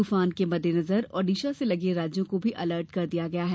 तूफान के मददेंनजर ओड़िशा से लगे राज्यों को भी अलर्ट किया गया है